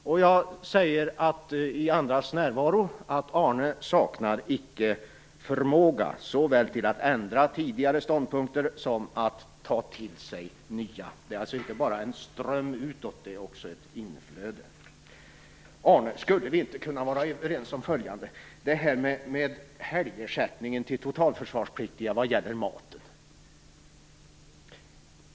Jag säger, i andras närvaro, att Arne Andersson icke saknar förmåga såväl till att ändra tidigare ståndpunkter som till att ta till sig nya. Det är alltså inte bara en ström utåt, det är också ett inflöde. Arne Andersson, skulle vi inte kunna vara överens om helgersättningen till totalförsvarspliktiga för mat?